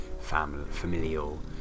familial